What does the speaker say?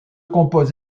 compose